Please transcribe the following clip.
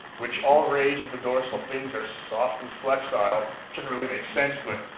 which all rays of the dorsal fins are soft and flexile, which doesn't really make sense, but,